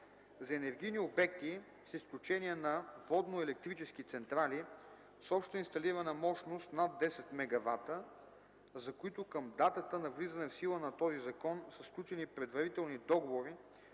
За енергийни обекти, с изключение на водноелектрически централи с обща инсталирана мощност над 10 MW, за които към датата на влизане в сила на този закон са сключени предварителни договори